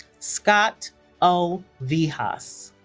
scott o. viefhaus